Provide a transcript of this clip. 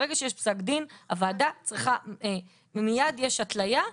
ברגע שיש פסק דין ומיד יש התליה,